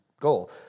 goal